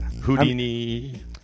Houdini